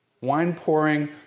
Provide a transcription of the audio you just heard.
wine-pouring